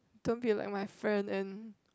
don't be like my friend and